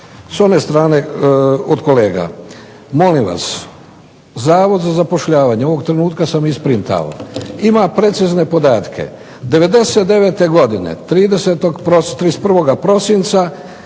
s one strane od kolega. Molim vas, Zavod za zapošljavanje, ovog trenutka sam isprintao, ima precizne podatke. '99. godine, 31. prosinca